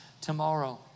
tomorrow